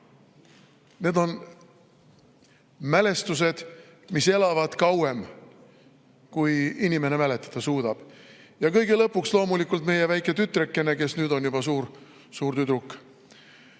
Need on mälestused, mis elavad kauem, kui inimene mäletada suudab. Kõige lõpuks loomulikult meie väike tütrekene, kes nüüd on juba suur tüdruk.